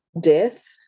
death